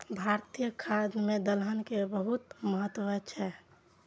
भारतीय खाद्य मे दलहन के बहुत महत्व छै